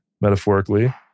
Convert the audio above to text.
metaphorically